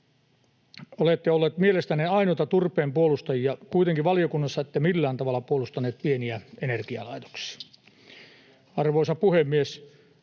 Olette olleet mielestänne ainoita turpeen puolustajia. Kuitenkaan valiokunnassa ette millään tavalla puolustaneet pieniä energialaitoksia. Arvoisa puhemies!